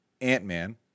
Ant-Man